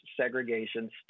segregation